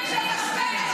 את בושה מהלכת.